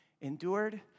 endured